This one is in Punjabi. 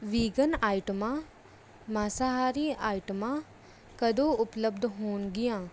ਵੀਗਨ ਆਈਟਮਾਂ ਮਾਸਾਹਾਰੀ ਆਈਟਮਾਂ ਕਦੋਂ ਉਪਲਬਧ ਹੋਣਗੀਆਂ